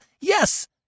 yes